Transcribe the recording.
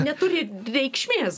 neturi reikšmės